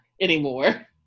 anymore